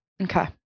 Okay